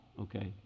Okay